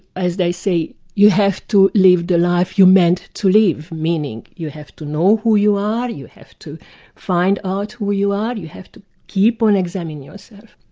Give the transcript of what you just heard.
as they say, you have to live the life you're meant to live, meaning you have to know who you are, you have to find out who you are, you have to keep on examining yourself.